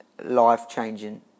life-changing